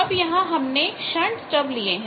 अब यहां हमने शंट स्टब लिए हैं